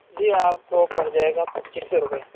جی آپ کو پر جائے گا پچیس سو روپئے